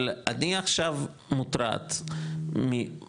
אבל אני עכשיו מוטרד מבסוף,